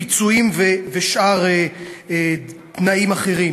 פיצויים ושאר תנאים אחרים.